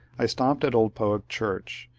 i stopped at old pohick church,